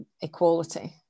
equality